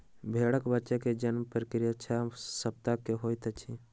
भेड़क बच्चा के जन्म प्रक्रिया छह सप्ताह के होइत अछि